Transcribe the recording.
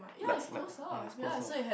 like like yeah is close door